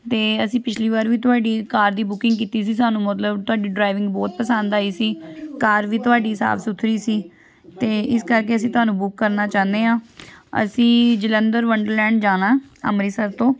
ਅਤੇ ਅਸੀਂ ਪਿਛਲੀ ਵਾਰ ਵੀ ਤੁਹਾਡੀ ਕਾਰ ਦੀ ਬੁਕਿੰਗ ਕੀਤੀ ਸੀ ਸਾਨੂੰ ਮਤਲਬ ਤੁਹਾਡੀ ਡਰਾਈਵਿੰਗ ਬਹੁਤ ਪਸੰਦ ਆਈ ਸੀ ਕਾਰ ਵੀ ਤੁਹਾਡੀ ਸਾਫ਼ ਸੁਥਰੀ ਸੀ ਅਤੇ ਇਸ ਕਰਕੇ ਅਸੀਂ ਤੁਹਾਨੂੰ ਬੁੱਕ ਚਾਹੁੰਦੇ ਹਾਂ ਅਸੀਂ ਜਲੰਧਰ ਵੰਡਰਲੈਂਡ ਜਾਣਾ ਅੰਮ੍ਰਿਤਸਰ ਤੋਂ